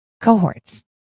cohorts